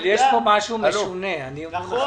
אבל יש פה משהו משונה, אני אומר לך.